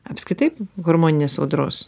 apskritai hormoninės audros